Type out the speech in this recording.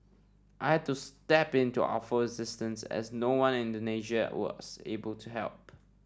I had to step in to offer assistance as no one in Indonesia was able to help